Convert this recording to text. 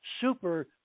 super